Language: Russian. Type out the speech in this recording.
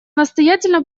настоятельно